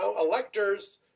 electors